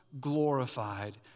glorified